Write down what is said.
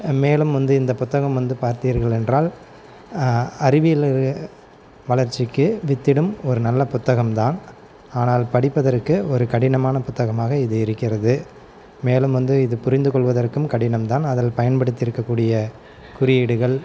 மேலும் வந்து இந்த புத்தகம் வந்து பார்த்தீர்கள் என்றால் அறிவியல் வளர்ச்சிக்கு வித்திடும் ஒரு நல்ல புத்தகம் தான் ஆனால் படிப்பதற்கு ஒரு கடினமான புத்தகமாக இது இருக்கிறது மேலும் வந்து இது புரிந்துக்கொள்வதற்கும் கடினம் தான் அதில் பயன்படுத்தி இருக்க கூடிய குறியீடுகள்